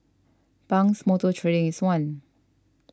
Pang's Motor Trading is one